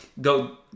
go